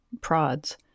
prods